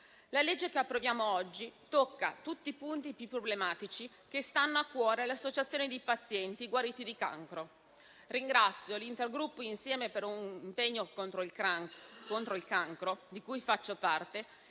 La legge che approviamo oggi tocca tutti i punti più problematici che stanno a cuore alle associazioni di pazienti guariti di cancro. Ringrazio l'intergruppo «Insieme per un impegno contro il cancro», di cui faccio parte